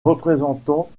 représentant